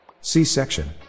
C-section